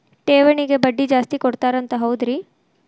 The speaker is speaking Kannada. ಠೇವಣಿಗ ಬಡ್ಡಿ ಜಾಸ್ತಿ ಕೊಡ್ತಾರಂತ ಹೌದ್ರಿ?